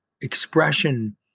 expression